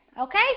okay